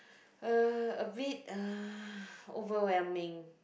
uh a bit uh overwhelming